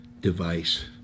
device